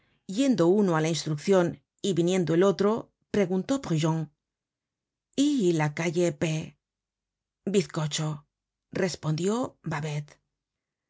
yendo uno á la instruccion y viniendo el otro preguntó brujon y la calle p bizcocho respondió babet